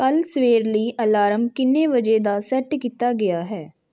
ਕੱਲ੍ਹ ਸਵੇਰ ਲਈ ਅਲਾਰਮ ਕਿੰਨੇ ਵਜੇ ਦਾ ਸੈੱਟ ਕੀਤਾ ਗਿਆ ਹੈ